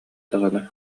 даҕаны